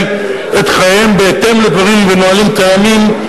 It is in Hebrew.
את חייהם בהתאם לדברים ונהלים קיימים,